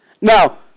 Now